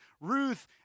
Ruth